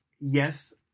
yes